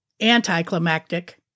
anticlimactic